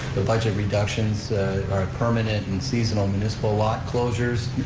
the budget reductions are permanent and seasonal municipal lot closures,